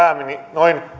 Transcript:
noin